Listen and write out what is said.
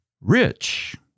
rich